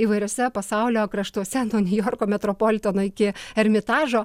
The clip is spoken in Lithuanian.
įvairiuose pasaulio kraštuose nuo niujorko metropoliteno iki ermitažo